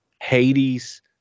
Hades